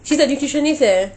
she's nutritionist eh